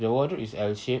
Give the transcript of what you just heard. the wardrobe is L shaped